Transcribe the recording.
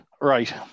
Right